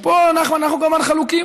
ופה, נחמן, אנחנו כמובן חלוקים.